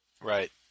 Right